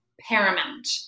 paramount